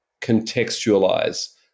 contextualize